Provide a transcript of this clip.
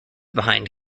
behind